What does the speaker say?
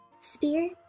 spear